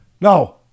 No